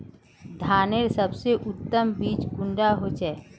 धानेर सबसे उत्तम बीज कुंडा होचए?